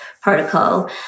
protocol